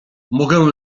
mogę